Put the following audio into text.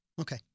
Okay